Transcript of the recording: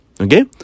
okay